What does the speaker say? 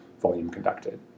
volume-conducted